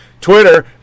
Twitter